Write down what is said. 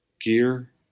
gear